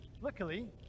Luckily